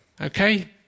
okay